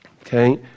Okay